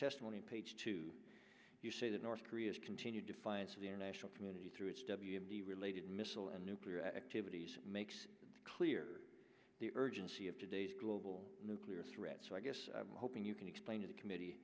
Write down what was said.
testimony page two you say that north korea's continued defiance of the international community through its w m d related missile and nuclear activities makes clear the urgency of today's global nuclear threat so i guess i'm hoping you can explain to the committee